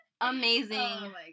amazing